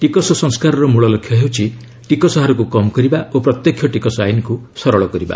ଟିକସ ସଂସ୍କାରର ମ୍ବଳଲକ୍ଷ୍ୟ ହେଉଛି ଟିକସ ହାରକୁ କମ୍ କରିବା ଓ ପ୍ରତ୍ୟକ୍ଷ ଟିକସ ଆଇନକୁ ସରଳ କରିବା